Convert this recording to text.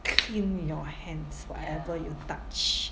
clean your hands whatever you touch